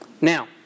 Now